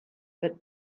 but